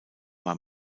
war